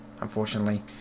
unfortunately